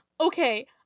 Okay